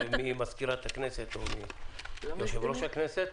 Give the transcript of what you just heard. ממזכירת הכנסת או מיושב-ראש הכנסת.